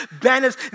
banners